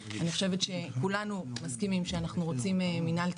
כולנו מסכימים שאנחנו רוצים מינהל תקין.